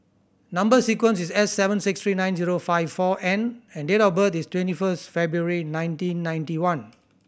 number sequence is S seven six three nine zero five four N and date of birth is twenty first February nineteen ninety one